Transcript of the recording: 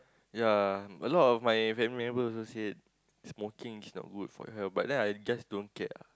ya a lot of my family member also said smoking is not for your health but I just don't care ah